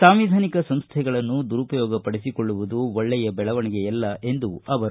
ಸಾಂವಿಧಾನಿಕ ಸಂಸ್ವೆಗಳನ್ನು ದುರುಪಯೋಗಪಡಿಸಿಕೊಳ್ಳುವುದು ಒಳ್ಳೆಯ ಬೆಳವಣಿಗೆಯಲ್ಲ ಎಂದರು